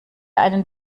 einen